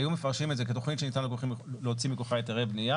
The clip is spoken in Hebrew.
היו מפרשים את זה כתכנית שניתן להוציא מכוחה היתרי בנייה,